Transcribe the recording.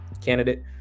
candidate